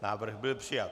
Návrh byl přijat.